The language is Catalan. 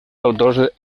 autors